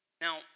Now